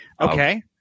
Okay